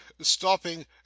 stopping